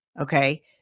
okay